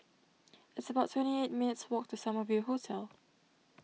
it's about twenty eight minutes' walk to Summer View Hotel